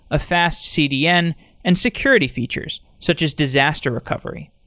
a fast cdn and security features, such as disaster recovery.